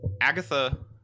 Agatha